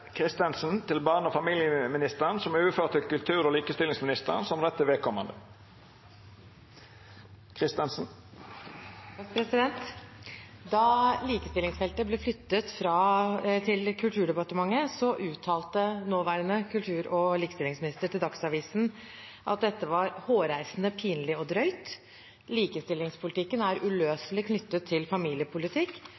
til barne- og familieministeren, er overført til kultur- og likestillingsministeren som rette vedkomande. «Da likestillingsfeltet ble flyttet til Kulturdepartementet, uttalte nåværende kultur- og likestillingsminister til Dagsavisen at dette var "hårreisende, pinlig og drøyt", "likestillingspolitikken er